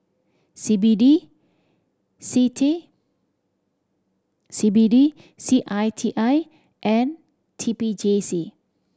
C B D C T C B D C I T I and T P J C